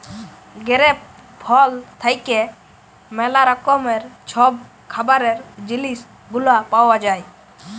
grape ফল থ্যাইকে ম্যালা রকমের ছব খাবারের জিলিস গুলা পাউয়া যায়